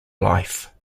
life